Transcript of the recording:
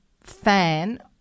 fan